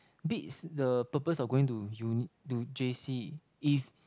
bids the purpose of going to uni to j_c if